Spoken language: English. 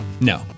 no